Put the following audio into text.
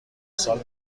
سال